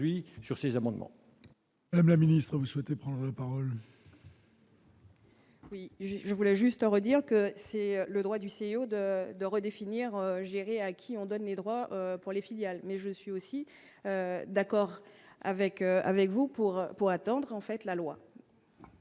sur ces amendements. Madame la ministre, vous souhaitez prendre part. Oui, je voulais juste redire que c'est le droit du CO2, de redéfinir à qui ont donné droit pour les filiales mais je suis aussi d'accord avec avec vous pour, pour attendre en fait la loi.